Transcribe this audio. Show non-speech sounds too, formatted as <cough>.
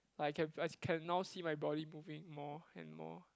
I can <noise> I can now see my body moving more and more